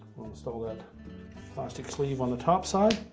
i'll install that plastic sleeve on the top side,